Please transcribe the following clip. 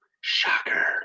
Shocker